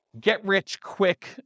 get-rich-quick